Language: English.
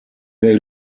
they